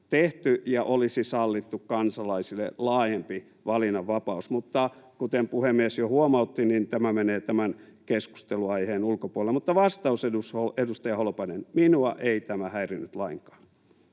ja olisi sallittu kansalaisille laajempi valinnanvapaus. Mutta kuten puhemies jo huomautti, tämä menee tämän keskustelunaiheen ulkopuolelle. Mutta vastaus, edustaja Holopainen: minua ei tämä häirinnyt lainkaan.